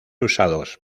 usados